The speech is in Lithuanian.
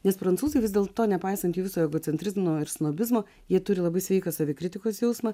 nes prancūzai vis dėlto nepaisant viso egocentrizmo ir snobizmo jie turi labai sveika savikritikos jausmą